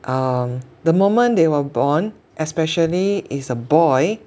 um the moment they were born especially is a boy